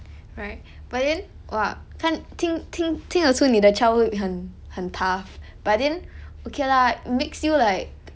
right but then !wah! 刚听听听得出你的 childhood 很很 tough but then okay lah it makes you like